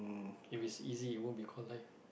if is easy it won't be call life